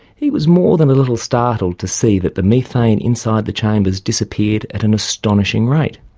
he was more than a little startled to see that the methane inside the chambers disappeared at an astonishing rate.